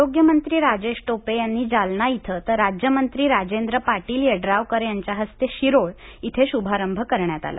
आरोग्यमंत्री राजेश टोपे यांनी जालना इथं तर राज्यमंत्री राजेंद्र पाटील यड्रावकर यांच्या हस्ते शिरोळ इथं श्भारंभ करण्यात आला